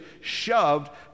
shoved